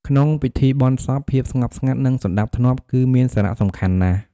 ក្នុងពិធីបុណ្យសព ភាពស្ងប់ស្ងាត់ និងសណ្តាប់ធ្នាប់គឺមានសារៈសំខាន់ណាស់។